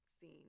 scene